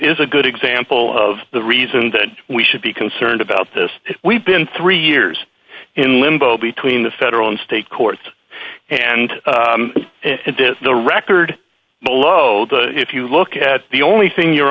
is a good example of the reason that we should be concerned about this we've been three years in limbo between the federal and state courts and the record below if you look at the only thing you